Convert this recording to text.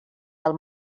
del